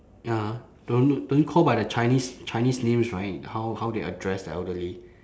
ya don't don't call by the chinese chinese names right how how they address the elderly